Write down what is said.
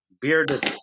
bearded